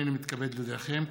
הינני מתכבד להודיעכם,